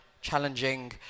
challenging